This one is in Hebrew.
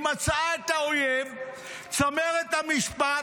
היא מצאה את האויב, צמרת המשפט,